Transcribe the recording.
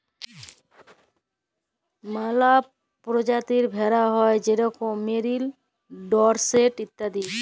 ম্যালা পরজাতির ভেড়া হ্যয় যেরকম মেরিল, ডরসেট ইত্যাদি